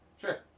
Sure